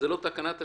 וזה לא תקנת השבים.